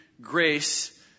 grace